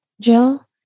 Jill